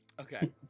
okay